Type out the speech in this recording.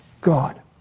God